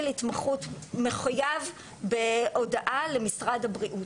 התמחות מחויב בהודעה למשרד הבריאות.